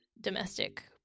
domestic